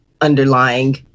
underlying